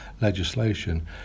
legislation